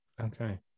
Okay